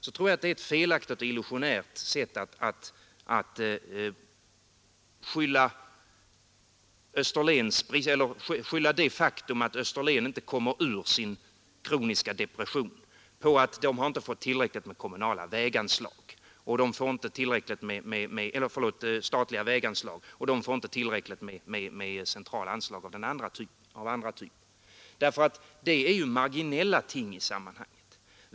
Jag tror att det är ett felaktigt och illusionärt sätt att skylla det faktum att Österlen inte kommit ur sin kroniska depression på att man där inte fått tillräckligt med statliga väganslag och att man inte fått tillräckligt med centrala anslag av annan typ. Det är ju marginella ting i sammanhanget.